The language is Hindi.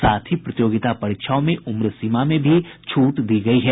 साथ ही प्रतियोगिता परीक्षाओं में उम्र सीमा में भी छूट दी गयी है